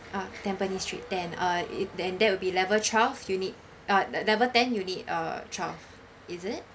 ah Tampines street then uh it then that will be level twelve unit uh level ten unit uh twelve is it